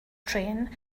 train